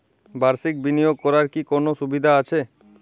বাষির্ক বিনিয়োগ করার কি কোনো সুবিধা আছে?